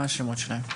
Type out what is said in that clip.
מה היו השמות שלהם?